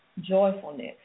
joyfulness